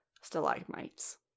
stalagmites